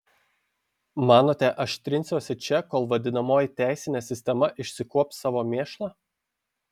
manote aš trinsiuosi čia kol vadinamoji teisinė sistema išsikuops savo mėšlą